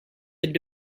their